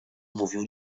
mówił